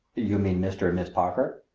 you mean mr. and miss parker?